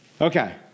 Okay